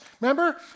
remember